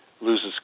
loses